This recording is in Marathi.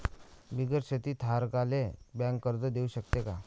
बिगर शेती धारकाले बँक कर्ज देऊ शकते का?